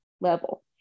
level